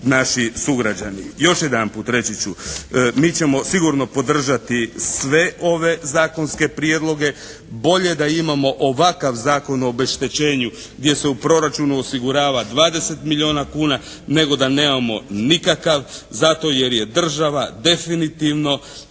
naši sugrađani. Još jedanput reći ću. Mi ćemo sigurno podržati sve ove zakonske prijedloge. Bolje da imamo ovakav Zakon o obeštećenju gdje se u proračunu osigurava 20 milijuna kuna nego da nemamo nikakav, zato jer je država definitivno